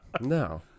No